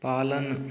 पालन